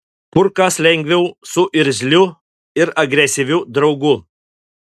kur kas lengviau su irzliu ir agresyviu draugu